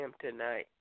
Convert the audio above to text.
tonight